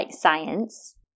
science